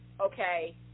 Okay